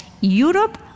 Europe